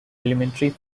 elementary